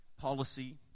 policy